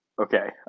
Okay